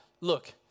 look